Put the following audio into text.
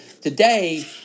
Today